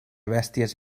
bèsties